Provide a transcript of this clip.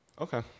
Okay